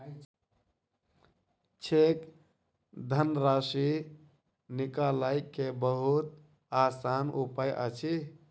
cheque धनराशि निकालय के बहुत आसान उपाय अछि